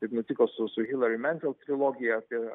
taip nutiko su su hilari mentel trilogija apie